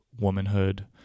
womanhood